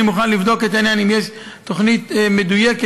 אני מוכן לבדוק אם יש תוכנית מדויקת,